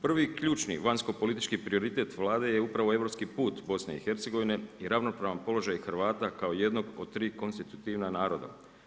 Prvi ključni vanjsko politički prioritet Vlade je upravo europski put BIH i ravnopravan položaj Hrvata kao jednog od 3 konstitutivna naroda.